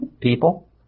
People